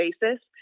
basis